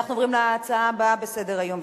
אנחנו עוברים להצעה הבאה בסדר-היום,